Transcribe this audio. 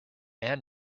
and